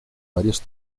varios